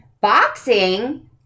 Boxing